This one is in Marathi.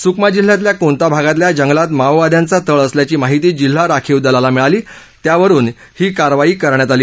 सुकमा जिल्ह्यातल्या कोन्ता भागातल्या जंगलात माओवाद्यांचा तळ असल्याची माहिती जिल्हा राखीव दलाला मिळाली त्यावरुन ही कारवाई करण्यात आली